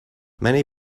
many